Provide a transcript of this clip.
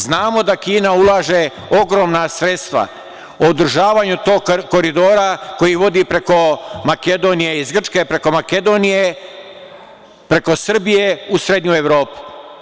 Znamo da Kina ulaže ogromna sredstva u održavanje tog koridora koji vodi iz Grčke preko Makedonije, preko Srbije u srednju Evropu.